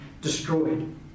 destroyed